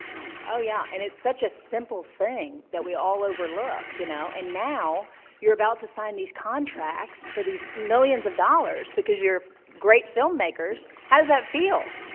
oh yeah, and it's such a simple thing that we all overlook, you know, and now you're about to sign these contracts for these millions of dollars because you're great film makers, how does that feel?